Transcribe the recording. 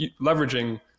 leveraging